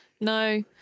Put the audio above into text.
No